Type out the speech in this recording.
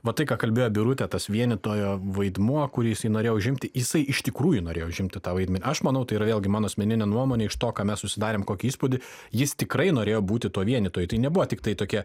va tai ką kalbėjo birutė tas vienytojo vaidmuo kurį jis norėjo užimti jisai iš tikrųjų norėjo užimti tą vaidmenį aš manau tai yra vėlgi mano asmeninė nuomonė iš to ką mes susidarėm kokį įspūdį jis tikrai norėjo būti to vienytoju tai nebuvo tiktai tokia